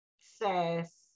says